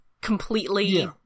completely